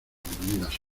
dormidas